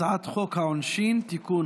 הצעת חוק העונשין (תיקון,